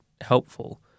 helpful